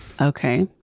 okay